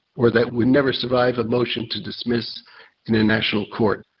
or that would never survive a motion to dismiss in a national court.